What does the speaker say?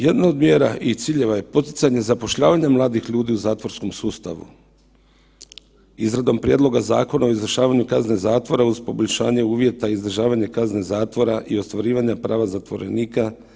Jedno od mjera i ciljeva je poticanje zapošljavanja mladih ljudi u zatvorskom sustavu izradom prijedloga Zakona o izvršavanju kazne zatvora uz poboljšavanje uvjeta i izdržavanje kazne zatvora i ostvarivanja prava zatvorenika.